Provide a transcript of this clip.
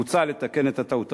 מוצע לתקן את הטעות.